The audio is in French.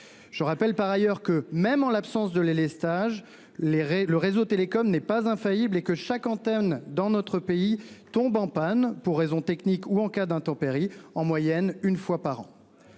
Je rappelle par ailleurs que même en l'absence de les les stages les re-le réseau Télécom n'est pas infaillible et que chaque antenne dans notre pays tombe en panne pour raisons techniques ou en cas d'intempéries en moyenne une fois par an.